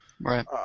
Right